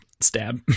stab